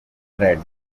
red